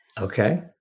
Okay